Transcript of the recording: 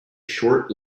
short